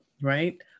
right